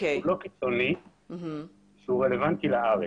הוא לא קיצוני והוא רלוונטי לארץ.